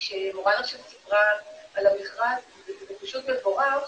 וכשמורן עכשיו סיפרה על המכרז, זה פשוט מבורך,